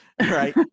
right